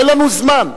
אין לנו זמן.